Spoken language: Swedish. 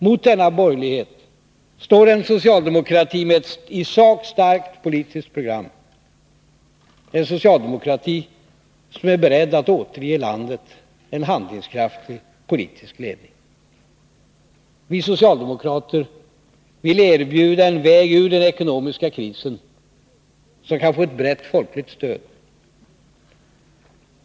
Mot denna borgerlighet står en socialdemokrati med ett i sak starkt politiskt program, en socialdemokrati som är beredd att återge landet en handlingskraftig politisk ledning. Vi socialdemokrater vill erbjuda en väg ur den ekonomiska krisen som kan få ett brett folkligt stöd.